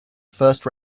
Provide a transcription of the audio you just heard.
first